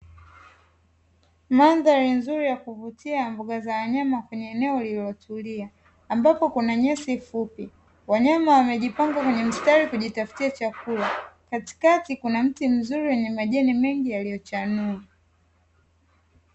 Mandhari nzuri ya kuvutia mbuga za wanyama kwenye eneo lililotulia ambapo kuna nyasi fupi, wanyama wamejipanga kwenye mstari kujitafutia chakula, katikati kuna mti mzuri wenye majeni mengi yaliyochanua.